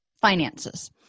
finances